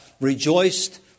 rejoiced